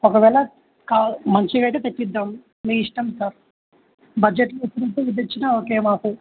ఒకవేళ కా మంచివైతే తెప్పిద్దాం మీ ఇష్టం సార్ బడ్జెట్లో వినే తెచ్చినా ఓకే మాకు